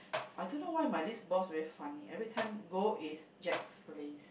I don't know why my this boss very funny everytime go is Jack's Place